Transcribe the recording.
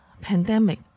pandemic